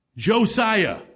Josiah